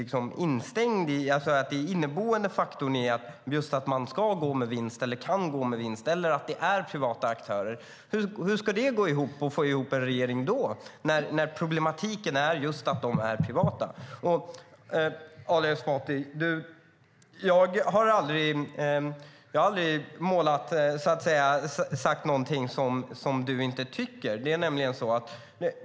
Den inneboende faktorn är att man ska eller kan gå med vinst och att det är privata aktörer. Hur ska det gå att få ihop en regering då, när problematiken är just att de är privata? Jag har aldrig sagt någonting som du inte tycker, Ali Esbati.